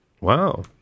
Wow